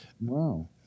Wow